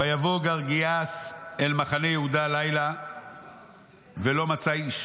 ויבוא גרגיאס אל מחנה יהודה לילה ולא מצא איש